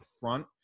front